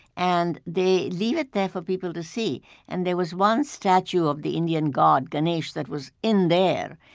and they leave it there for people to see and there was one statue of the indian god ganesh that was in there.